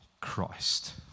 Christ